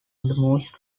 most